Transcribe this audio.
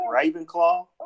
Ravenclaw